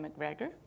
McGregor